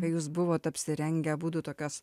jūs buvot apsirengę abudu tokios